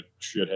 shithead